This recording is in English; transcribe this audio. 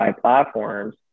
platforms